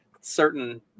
certain